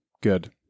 Good